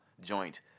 joint